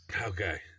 Okay